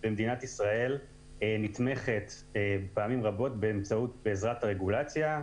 היצירה המקורית במדינת ישראל נתמכת פעמים רבות בעזרת הרגולציה.